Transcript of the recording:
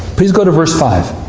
please go to verse five.